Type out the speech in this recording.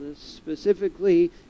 specifically